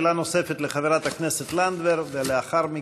שאלה נוספת לחברת הכנסת לנדבר, ולאחר מכן,